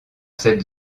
cette